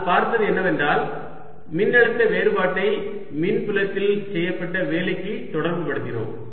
நாம் பார்த்தது என்னவென்றால் மின்னழுத்த வேறுபாட்டை மின்புலத்தில் செய்யப்பட்ட வேலைக்கு தொடர்பு படுத்தினோம்